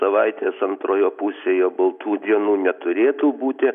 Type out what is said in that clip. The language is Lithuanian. savaitės antroje pusėje baltų dienų neturėtų būti